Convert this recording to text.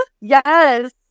Yes